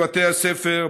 בבתי הספר,